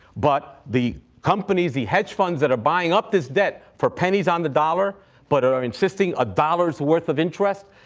but the companies, the hedge funds that are buying up this debt for pennies on the dollar but are are insisting one ah dollars worth of interest,